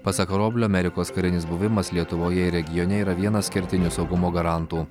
pasak karoblio amerikos karinis buvimas lietuvoje ir regione yra vienas kertinių saugumo garantų